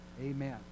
Amen